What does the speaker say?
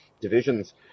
divisions